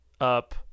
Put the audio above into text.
up